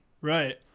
right